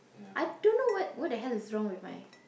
I don't know what what the hell is wrong with my